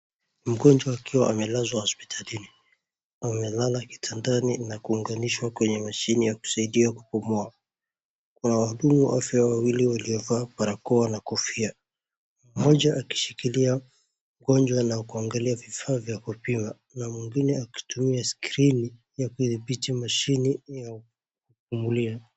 Mgonjwa akiwa amelazwa hospitalini. Amelala kitandani na kuunganishwa kwenye mashini ya kusaidia kupumua. Kuna wahudumu wa afya wawili walio vaa barakoa na kofia. Mmoja akishikilia mgonjwa na kuangalia vifaa vya kupima na mwingine akitumia skrini ya kudhibiti mashini ya kupumulia.